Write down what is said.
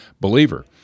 Believer